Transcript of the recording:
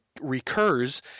recurs